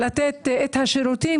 לתת שירותים,